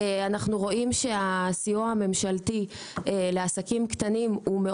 אנחנו רואים שהסיוע הממשלתי לעסקים קטנים מאוד